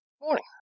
Morning